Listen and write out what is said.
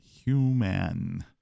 Human